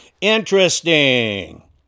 interesting